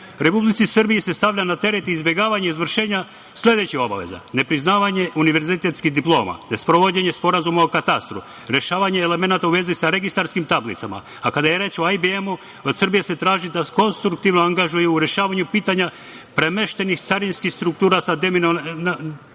Republici Srbiji se stavlja na teret izbegavanje izvršenja sledećih obaveza: nepriznavanje univerzitetskih diploma; nesprovođenje sporazuma o katastru, rešavanje elemenata u vezi sa registarskim tablicama, a kada je reč o IBM, od Srbije se traži da konstruktivno angažuje rešavanje pitanja premeštenih carinskih struktura sa denominacijom